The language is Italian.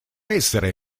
essere